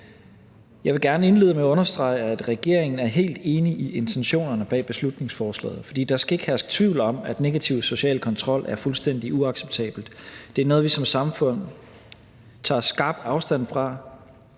Jeg vil gerne indlede med at understrege, at regeringen er helt enig i intentionerne bag beslutningsforslaget, for der skal ikke herske tvivl om, at negativ social kontrol er fuldstændig uacceptabelt. Det er noget, vi som samfund tager skarpt afstand fra;